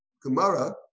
Gemara